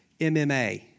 MMA